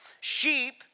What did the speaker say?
Sheep